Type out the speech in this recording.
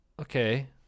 Okay